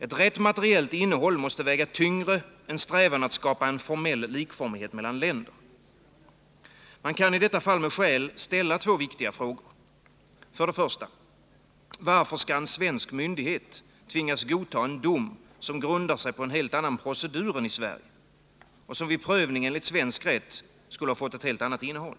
Ett korrekt materiellt innehåll måste väga tyngre än strävan att skapa tormell likformighet mellan länder. Man kan i detta fall med skäl ställa två viktiga frågor. För det första: Varför skall en svensk myndighet tvingas godta en dom, som grundar sig på en helt annan procedur än i Sverige, och som vid prövning enligt svensk rätt skulle fått ett helt annat innehåll?